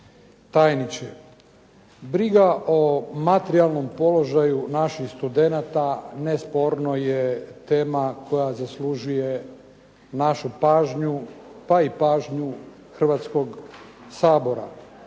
tajniče. Briga o materijalnom položaju naših studenata nesporno je tema koja zaslužuje našu pažnju pa i pažnju Hrvatskog sabora.